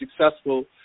successful